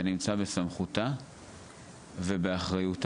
זה נמצא בסמכותה ובאחריותה.